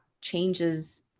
changes